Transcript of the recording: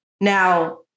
Now